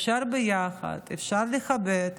אפשר ביחד, אפשר לכבד,